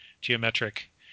geometric